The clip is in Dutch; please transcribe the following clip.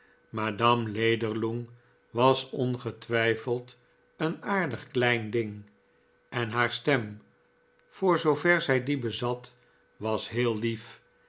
madame lederlung was ongetwijfeld een aardig klein ding en haar stem voor zoover zij die bezat was heel lief